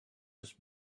was